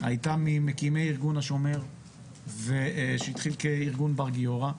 היתה ממקימי ארגון השומר, שהתחיל כארגון בר-גיורא.